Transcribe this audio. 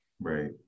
Right